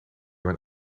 mijn